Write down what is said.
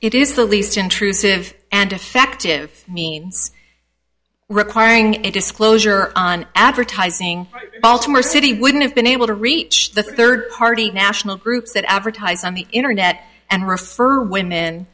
intrusive it is the least intrusive and effective means requiring a disclosure on advertising baltimore city wouldn't have been able to reach the third party national groups that advertise on the internet and refer women